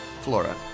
Flora